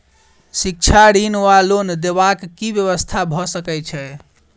शिक्षा ऋण वा लोन देबाक की व्यवस्था भऽ सकै छै?